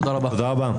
תודה רבה.